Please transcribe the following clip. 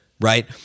right